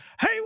hey